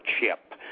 chip